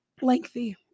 lengthy